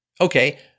Okay